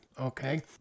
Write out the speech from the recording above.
okay